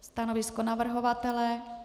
Stanovisko navrhovatele?